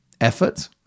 effort